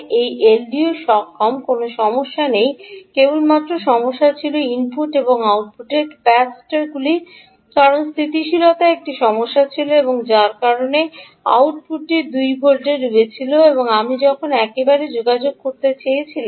এই এলডিও সক্ষম কোনও সমস্যা নেই কেবলমাত্র সমস্যা ছিল ইনপুট এবং আউটপুট ক্যাপাসিটারগুলির কারণে স্থিতিশীলতা একটি সমস্যা ছিল এবং যার কারণে আউটপুটটি 2 ভোল্টে ডুবছিল এবং আমি যখন একেবারে যোগাযোগ করতে চেয়েছিলাম